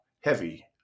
heavy